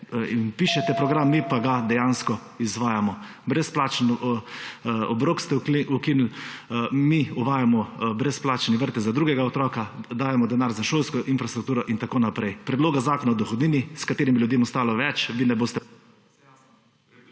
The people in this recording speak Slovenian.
in pišete program, mi ga pa dejansko izvajamo. Brezplačen obrok ste ukinili, mi uvajamo brezplačen vrtec za drugega otroka, dajemo denar za šolsko infrastrukturo in tako naprej. Predloga zakona o dohodnini, s katerimi bo ljudem ostalo več, vi ne boste